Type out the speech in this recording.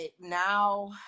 now